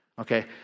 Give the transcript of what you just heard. Okay